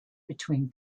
between